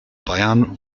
bayern